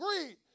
agreed